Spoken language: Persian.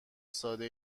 ساده